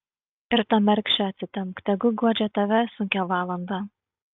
ir tą mergšę atsitempk tegu guodžia tave sunkią valandą